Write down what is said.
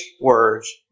words